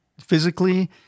physically